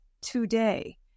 today